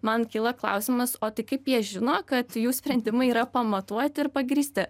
man kyla klausimas o tai kaip jie žino kad jų sprendimai yra pamatuoti ir pagrįsti